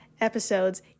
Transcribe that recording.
episodes